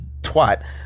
twat